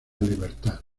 libertad